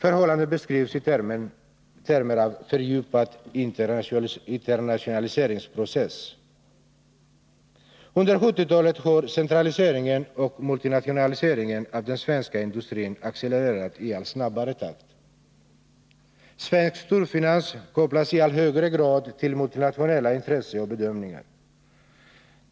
Förhållandet beskrivs i termer som fördjupad ”internationaliseringsprocess”. Under 1970-talet har centraliseringen och multinationaliseringen av den svenska industrin accelererat i allt snabbare takt. Svensk storfinans kopplas i allt högre grad till multinationella intressen och bedömningar.